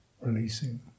releasing